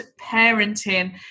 parenting